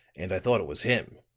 and i thought it was him.